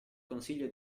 consiglio